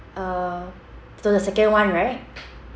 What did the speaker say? uh to the second one right